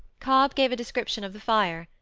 cobb gave a description of the fire,